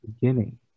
beginning